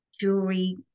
Jewelry